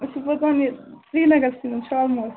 أسۍ چھِ روزان یہِ سریٖنگرَسٕے منٛز شالمٲر